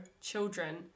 children